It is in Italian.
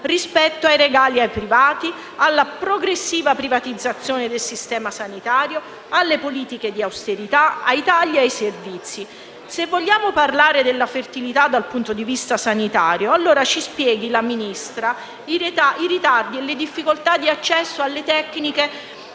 rispetto ai regali ai privati, alla progressiva privatizzazione del Sistema sanitario, alle politiche di austerità, ai tagli ai servizi. Se vogliamo parlare della fertilità dal punto di vista sanitario, ci spieghi allora la Ministra i ritardi e le difficoltà di accesso alle tecniche